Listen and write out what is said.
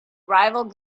rival